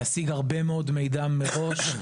להשיג הרבה מאוד מידע מראש,